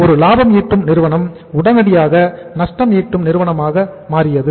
ஒரு லாபம் ஈட்டும் நிறுவனம் உடனடியாக நஷ்டம் ஈட்டும் நிறுவனமாக மாறியது